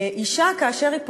אישה כאשר היא פורשת,